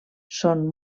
són